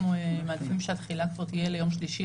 אנחנו מעדיפים שהתחילה תהיה ביום שלישי,